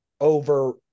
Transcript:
over